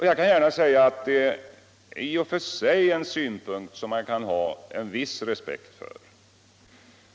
Jag kan gärna säga att det i och för sig är en synpunkt som man kan ha viss respekt för.